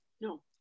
No